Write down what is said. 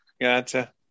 Gotcha